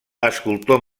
escultor